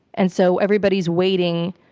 and so everybody's waiting,